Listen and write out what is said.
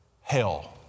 Hell